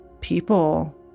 people